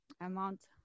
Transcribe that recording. amount